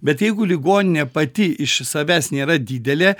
bet jeigu ligoninė pati iš savęs nėra didelė